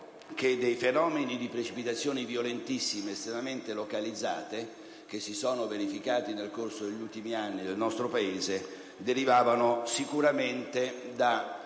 che i fenomeni di precipitazioni violentissime estremamente localizzate, verificatisi nel corso degli ultimi anni nel nostro Paese, sono derivati sicuramente